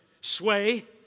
sway